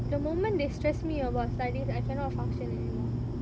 the moment they stress me about studies I cannot function any more